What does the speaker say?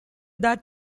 that